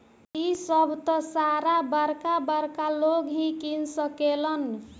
इ सभ त सारा बरका बरका लोग ही किन सकेलन